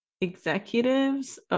executives